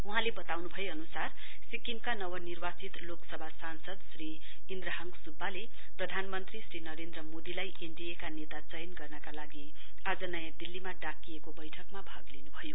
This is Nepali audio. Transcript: वहाँले वताउनु भए अनुसार सिक्किमका नवनिर्वाचित लोकसभा सांसद श्री इन्द्रहाङ सुब्बाले प्रधानमन्त्री श्री नरेन्द्र मोदीलाई एनडीए का नेता चयन गर्नका लागि आज नयाँ दिल्लीमा डाकिएको वैठकमा भाग लिनु भयो